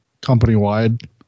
company-wide